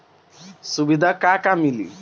सुविधा का का मिली?